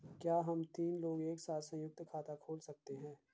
क्या हम तीन लोग एक साथ सयुंक्त खाता खोल सकते हैं?